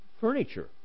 furniture